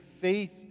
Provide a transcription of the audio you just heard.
faith